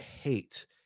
hate